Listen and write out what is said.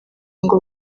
ngo